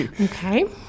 okay